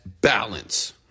balance